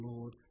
Lord